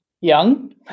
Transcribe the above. young